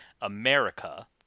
America